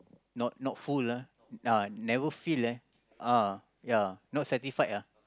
not not full ah never fill eh uh ya not satisfied ah